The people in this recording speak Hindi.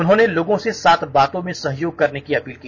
उन्होंने लोगों से सात बातों में सहयोग करने की अपील की